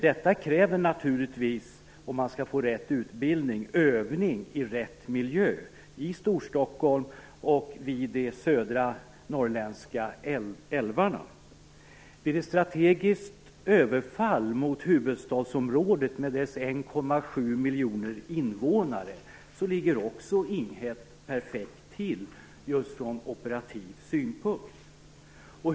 Detta kräver naturligtvis, för att man skall få rätt utbildning, övning i rätt miljö - i Storstockholm och vid de södra Norrlandsälvarna. Också vid ett strategiskt överfall mot huvudstadsområdet med dess 1,7 miljoner invånare ligger Ing 1 perfekt till just från operativ synpunkt.